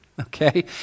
okay